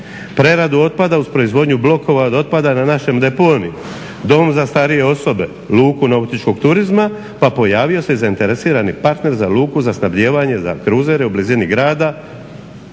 preradu otpada uz proizvodnju blokova od otpada na našem deponiju, dom za starije osobe, luku nautičkog turizma. Pa pojavio se i zainteresirani partner za luku za snabdijevanje, za kruzere u blizini grada.